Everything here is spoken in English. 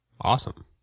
Awesome